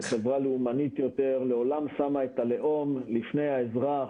וחברה לאומנית יותר לעולם שמה את הלאום לפני האזרח,